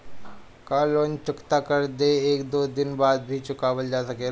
का लोन चुकता कर के एक दो दिन बाद भी चुकावल जा सकेला?